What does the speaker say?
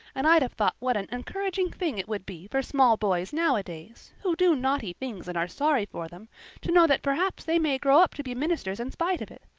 and i'd have thought what an encouraging thing it would be for small boys nowadays who do naughty things and are sorry for them to know that perhaps they may grow up to be ministers in spite of it.